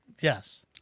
Yes